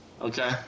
Okay